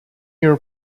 your